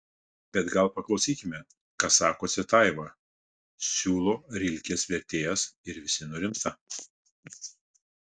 bet gal paklausykime ką sako cvetajeva siūlo rilkės vertėjas ir visi nurimsta